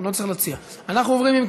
אנחנו עוברים,